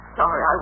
sorry